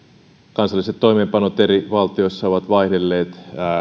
kansalliset toimeenpanot eri valtioissa ovat vaihdelleet